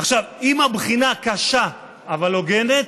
עכשיו, אם הבחינה קשה אבל הוגנת,